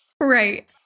Right